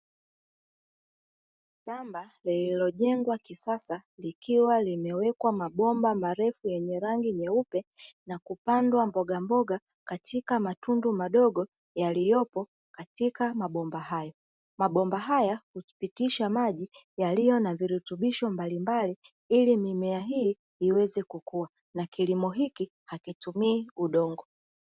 Shamba lililo jengwa kisasa likiwa limewekwa mabomba marefu yenye rangi nyeupe, na kupandwa mbogamboga katika matundu madogo yaliyopo katika mabomba hayo. Mabomba haya hupitisha maji yaliyo na virutubisho mbalimbali ili mimea hii iweze kukua na kilimo hiki hakitumii udongo.